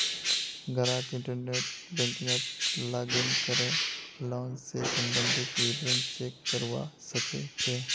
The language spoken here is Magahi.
ग्राहक इंटरनेट बैंकिंगत लॉगिन करे लोन स सम्बंधित विवरण चेक करवा सके छै